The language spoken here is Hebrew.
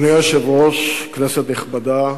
אדוני היושב-ראש, כנסת נכבדה,